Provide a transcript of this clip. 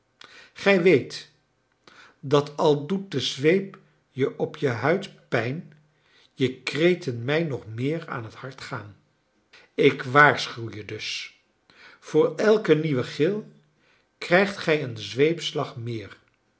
gij weet dat al doet de zweep je op je huid pijn je kreten mij nog meer aan het hart gaan ik waarschuw je dus voor elk nieuwe gil krijgt gij een zweepslag meer